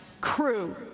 crew